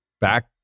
back